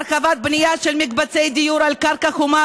הרחבת בנייה של מקבצי דיור על קרקע חומה